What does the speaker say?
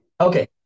Okay